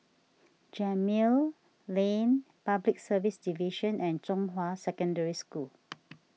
Gemmill Lane Public Service Division and Zhonghua Secondary School